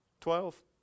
Twelve